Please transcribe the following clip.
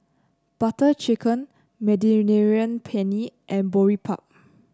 Butter Chicken Mediterranean Penne and Boribap